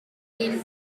been